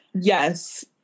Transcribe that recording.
Yes